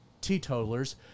teetotalers